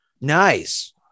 nice